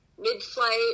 mid-flight